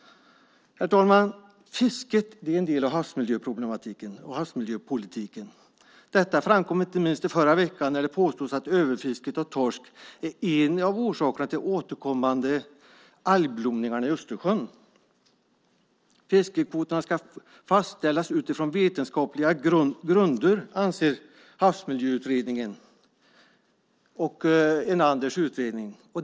Herr talman! Fisket är en del av havsmiljöproblematiken och havsmiljöpolitiken. Detta framkom inte minst i förra veckan när det påstods att överfisket av torsk är en av orsakerna till de återkommande algblomningarna i Östersjön. Fiskekvoterna ska fastställas utifrån vetenskapliga grunder, anser Havsmiljöutredningen och Enanders utredning.